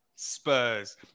Spurs